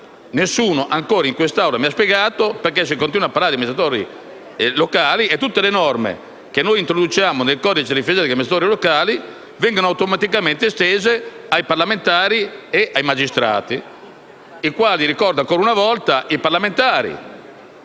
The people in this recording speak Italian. Nessuno ancora in quest'Aula mi ha spiegato perché si continua a parlare di amministratori locali, quando invece tutte le norme che introduciamo nel codice, riferite agli amministratori locali, vengono automaticamente estese ai parlamentari e ai magistrati. Ricordo ancora una volta che per i parlamentari